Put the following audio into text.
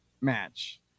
match